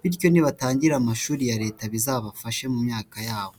bityo nibatangira amashuri ya leta bizabafashe mu myaka yabo.